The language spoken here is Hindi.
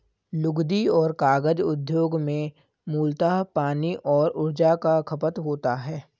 लुगदी और कागज उद्योग में मूलतः पानी और ऊर्जा का खपत होता है